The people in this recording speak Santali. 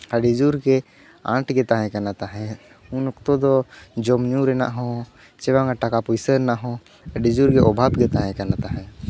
ᱟᱹᱰᱤ ᱡᱳᱨᱜᱮ ᱟᱸᱴ ᱜᱮ ᱛᱟᱦᱮᱸ ᱠᱟᱱᱟ ᱛᱟᱦᱮᱸᱫ ᱩᱱ ᱚᱠᱛᱚ ᱫᱚ ᱡᱚᱢᱼᱧᱩ ᱨᱮᱱᱟᱜ ᱦᱚᱸ ᱪᱮ ᱵᱟᱝᱟ ᱴᱟᱠᱟ ᱯᱩᱭᱥᱟᱹ ᱨᱮᱱᱟᱜ ᱦᱚᱸ ᱟᱹᱰᱤ ᱡᱳᱨᱜᱮ ᱚᱵᱷᱟᱵ ᱜᱮ ᱛᱟᱦᱮᱸ ᱠᱟᱱᱟ ᱛᱟᱦᱮᱸᱫ